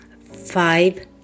five